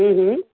हूं हूं